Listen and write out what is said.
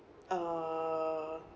uh